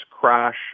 crash